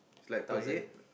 thousand